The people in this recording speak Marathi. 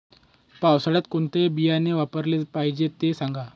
पावसाळ्यात कोणते बियाणे वापरले पाहिजे ते सांगा